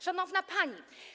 Szanowna Pani!